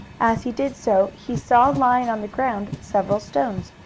as he did so, he saw, lying on the ground, several stones.